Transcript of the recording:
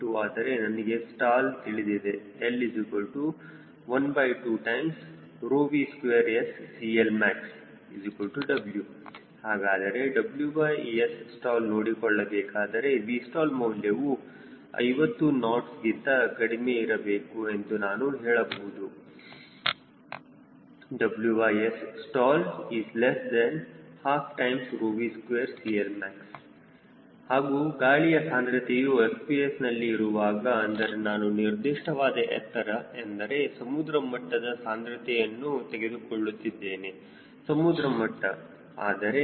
2 ಆದರೆ ನನಗೆ ಸ್ಟಾಲ್ ತಿಳಿದಿದೆ L12V2SCLmaxW ಹಾಗಾದರೆ WSstall ನೋಡಿಕೊಳ್ಳಬೇಕಾದರೆ Vstall ಮೌಲ್ಯವು 50 ನಾಟ್ಸ್ಗಿಂತ ಕಡಿಮೆ ಇರಬೇಕು ಆಗ ನಾನು ಹೇಳಬಹುದು WSstall12V2CLmax ಹಾಗೂ ಗಾಳಿಯ ಸಾಂದ್ರತೆಯು FPS ನಲ್ಲಿ ಇರುವಾಗ ಅಂದರೆ ನಾನು ನಿರ್ದಿಷ್ಟವಾದ ಎತ್ತರ ಅಂದರೆ ಸಮುದ್ರಮಟ್ಟದ ಸಾಂದ್ರತೆಯನ್ನು ತೆಗೆದುಕೊಳ್ಳುತ್ತಿದ್ದೇನೆ ಸಮುದ್ರ ಮಟ್ಟ ಆದರೆ